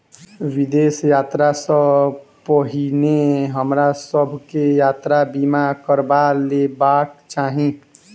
विदेश यात्रा सॅ पहिने हमरा सभ के यात्रा बीमा करबा लेबाक चाही